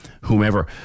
whomever